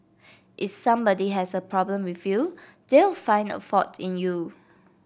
if somebody has a problem with you they will find a fault in you